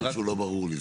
משהו לא ברור לי.